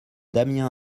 damien